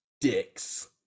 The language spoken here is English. dicks